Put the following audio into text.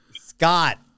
Scott